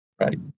right